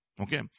Okay